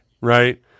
Right